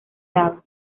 daba